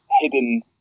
hidden